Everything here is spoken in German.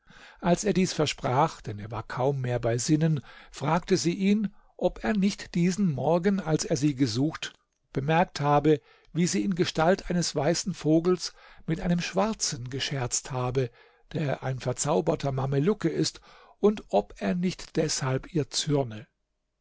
als er dies versprach denn er war kaum mehr bei sinnen fragte sie ihn ob er nicht diesen morgen als er sie gesucht bemerkt habe wie sie in gestalt eines weißen vogels mit einem schwarzen gescherzt habe der ein verzauberter mamelucke ist und ob er nicht deshalb ihr zürne